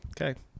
Okay